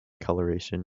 coloration